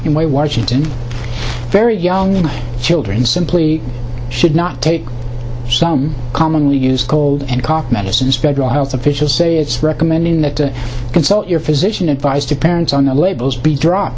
washington very young children simply should not take some commonly used cold and cough medicines federal health officials say it's recommending to consult your physician advice to parents on the labels be drawn